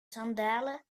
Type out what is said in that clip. sandalen